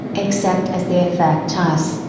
except as they affect us.